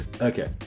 Okay